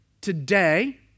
today